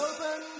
Open